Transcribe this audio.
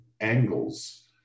angles